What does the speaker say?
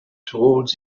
toward